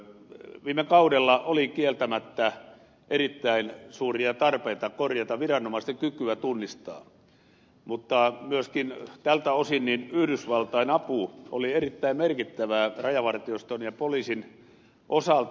viime kaudella oli kieltämättä erittäin suuria tarpeita korjata viranomaisten kykyä tunnistaa ihmiskauppa mutta myöskin tältä osin yhdysvaltain apu oli erittäin merkittävää rajavartioston ja poliisin osalta